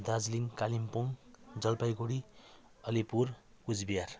Darjeeling Kalimpong Jalpaiguri Alipur Cooch Behar